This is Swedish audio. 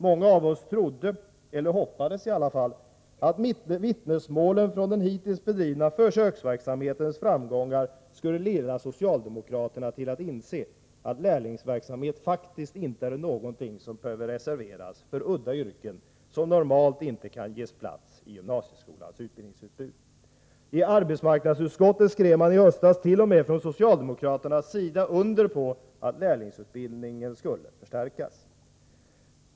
Många av oss trodde — eller hoppades i alla fall — att vittnesmålen om den hittills bedrivna försöksverksamhetens framgångar skulle leda socialdemokraterna till att inse att lärlingsverksamhet faktiskt inte är någonting som behöver reserveras för udda yrken som normalt inte kan ges en plats i gymnasieskolans utbildningsutbud. I arbetsmarknadsutskottet skrev man i höstas t.o.m. från socialdemokraternas sida under på att lärlingsutbildningen skulle förstärkas.